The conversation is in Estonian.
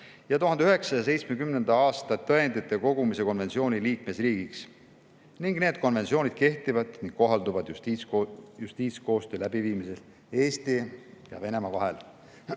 ja 1970. aasta tõendite kogumise konventsiooni liikmesriik. Need konventsioonid kehtivad ning kohalduvad justiitskoostöö läbiviimisel Eesti ja Venemaa vahel.